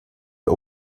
der